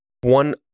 one